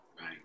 Right